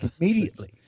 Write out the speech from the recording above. immediately